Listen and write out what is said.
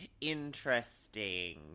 Interesting